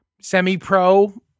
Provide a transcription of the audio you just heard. semi-pro